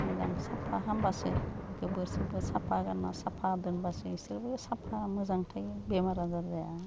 मोजां साफा खामबासो गोबोर सोबोर साफा गारना साफा दोनबासो इसोरबो साफा मोजां थायो बेमार आजार जाया